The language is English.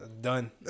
done